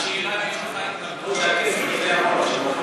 השאלה אם יש לך התנגדות שהכסף הזה יעבור,